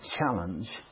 challenge